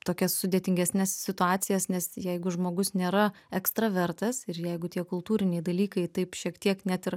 tokias sudėtingesnes situacijas nes jeigu žmogus nėra ekstravertas ir jeigu tie kultūriniai dalykai taip šiek tiek net ir